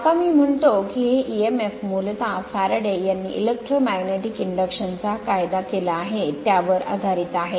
आता मी म्हणतो की हे emf मूलतः फॅराडे यांनी इलेक्ट्रोमॅग्नेटिक इंडक्शनचा कायदा केला आहे त्यावर आधारित आहे